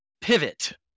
pivot